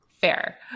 Fair